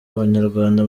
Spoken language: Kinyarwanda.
abanyarwanda